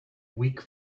weak